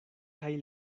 kaj